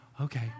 okay